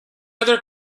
other